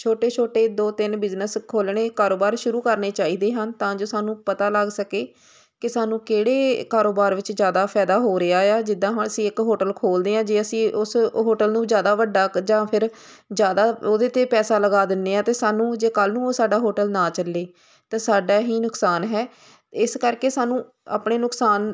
ਛੋਟੇ ਛੋਟੇ ਦੋ ਤਿੰਨ ਬਿਜਨਸ ਖੋਲ੍ਹਣੇ ਕਾਰੋਬਾਰ ਸ਼ੁਰੂ ਕਰਨੇ ਚਾਹੀਦੇ ਹਨ ਤਾਂ ਜੋ ਸਾਨੂੰ ਪਤਾ ਲੱਗ ਸਕੇ ਕਿ ਸਾਨੂੰ ਕਿਹੜੇ ਕਾਰੋਬਾਰ ਵਿੱਚ ਜ਼ਿਆਦਾ ਫਾਇਦਾ ਹੋ ਰਿਹਾ ਆ ਜਿੱਦਾਂ ਅਸੀਂ ਇੱਕ ਹੋਟਲ ਖੋਲ੍ਹਦੇ ਹਾਂ ਜੇ ਅਸੀਂ ਉਸ ਹੋਟਲ ਨੂੰ ਜ਼ਿਆਦਾ ਵੱਡਾ ਜਾਂ ਫਿਰ ਜ਼ਿਆਦਾ ਉਹਦੇ 'ਤੇ ਪੈਸਾ ਲਗਾ ਦਿੰਦੇ ਹਾਂ ਤਾਂ ਸਾਨੂੰ ਜੇ ਕੱਲ੍ਹ ਨੂੰ ਉਹ ਸਾਡਾ ਹੋਟਲ ਨਾ ਚੱਲੇ ਅਤੇ ਸਾਡਾ ਹੀ ਨੁਕਸਾਨ ਹੈ ਇਸ ਕਰਕੇ ਸਾਨੂੰ ਆਪਣੇ ਨੁਕਸਾਨ